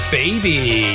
baby